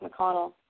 McConnell